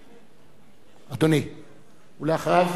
ואחריו,